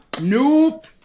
nope